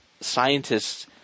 scientists